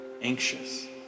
anxious